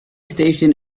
station